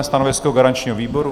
Stanovisko garančního výboru?